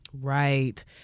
Right